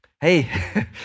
hey